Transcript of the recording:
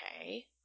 okay